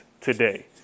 today